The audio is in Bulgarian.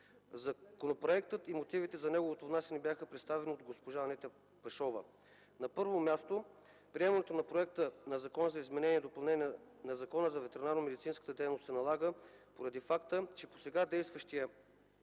Законопроектът и мотивите за неговото внасяне бяха представени от госпожа Анета Пашова. На първо място приемането на проекта на Закон за изменение и допълнение на Закона за ветеринарномедицинската дейност се налага поради факта, че по сега действащия